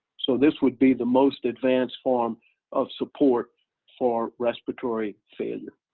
so this would be the most advanced form of support for respiratory failure